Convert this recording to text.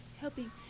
helping